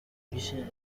چندماه